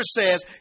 says